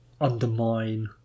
undermine